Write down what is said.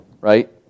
Right